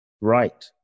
right